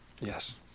Yes